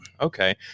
Okay